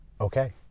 okay